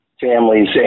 families